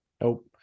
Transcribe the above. nope